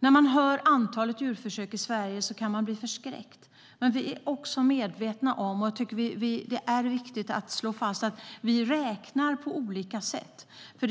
När man hör hur många djurförsök som görs i Sverige kan man bli förskräckt. Men vi är också medvetna om, vilket är viktigt att slå fast, att vi räknar på olika sätt.